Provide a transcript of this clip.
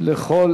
לכל